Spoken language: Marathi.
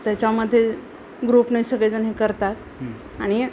त्याच्यामध्ये ग्रुपने सगळेजण हे करतात आणि